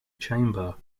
chamber